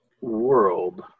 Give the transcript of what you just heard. world